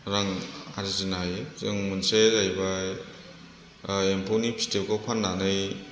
रां आरजिनो हायो जों मोनसेया जाहैबाय ओ एम्फौनि फिथोबखौ फाननानै